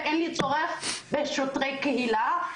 ואין לי צורך בשוטרי קהילה,